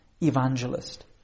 Evangelist